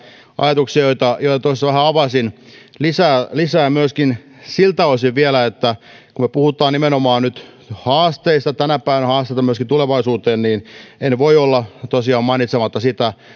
ajatuksia joita joita tuossa vähän avasin lisään vielä myöskin siltä osin että kun me nimenomaan puhumme haasteista tänä päivänä ja haasteita on myöskin tulevaisuuteen niin en voi olla tosiaan mainitsematta sitä